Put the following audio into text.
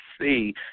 see